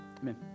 Amen